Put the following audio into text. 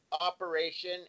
operation